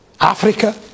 Africa